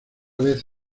vez